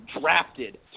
drafted